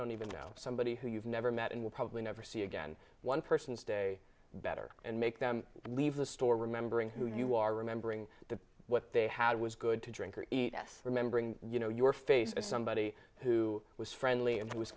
don't even know somebody who you've never met and will probably never see again one person's day better and make them leave the store remembering who you are remembering that what they had was good to drink or eat us remembering you know your face as somebody who was friendly and